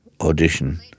audition